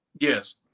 Yes